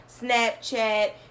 Snapchat